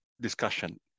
discussion